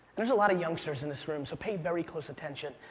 there's a lot of youngsters in this room, so pay very close attention,